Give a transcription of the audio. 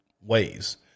ways